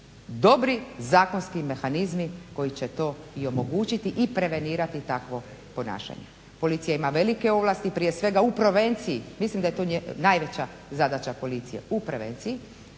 dobri zakonski mehanizmi koji će to i omogućiti i prevenirati takvom ponašanju. Policija ima velike ovlasti prije svega u prevenciji mislim daje to najveća zadaća policije u prevenciji.